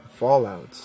fallouts